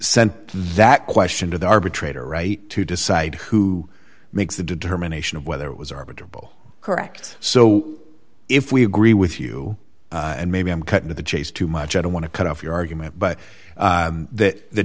sent that question to the arbitrator right to decide who makes the determination of whether it was arbiter ball correct so if we agree with you and maybe i'm cutting to the chase too much i don't want to cut off your argument but that the